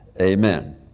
Amen